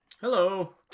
Hello